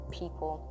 people